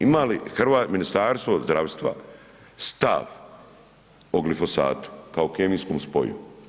Ima li Ministarstvo zdravstva stav o glifosatu kao kemijskom spoju?